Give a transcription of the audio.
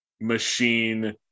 machine